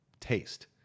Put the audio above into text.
taste